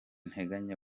nteganya